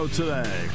today